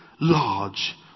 large